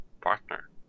partner